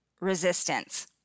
resistance